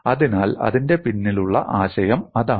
അതിനാൽ അതിന്റെ പിന്നിലുള്ള ആശയം അതാണ്